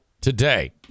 today